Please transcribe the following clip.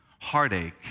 heartache